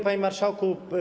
Panie Marszałku!